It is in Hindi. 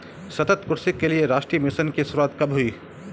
सतत कृषि के लिए राष्ट्रीय मिशन की शुरुआत कब हुई?